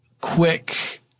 quick